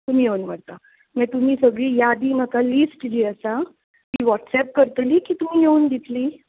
तुमी येवन व्हरतां तुमी सगळीं यादी म्हाका लीस्ट बी आसा वॉट्सएप करतली की तुमी येवन दितली